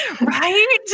right